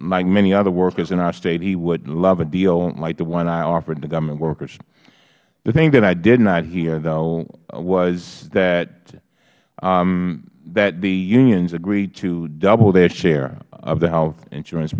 like many other workers in our state he would love a deal like the one i offered the government workers the thing that i did not hear though was that the unions agreed to double their share of the health insurance